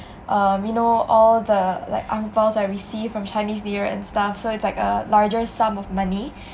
um you know all the like ang pows I receive from chinese new year and stuff so it's like a larger sum of money